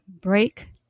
break